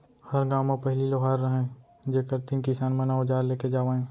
हर गॉंव म पहिली लोहार रहयँ जेकर तीन किसान मन अवजार लेके जावयँ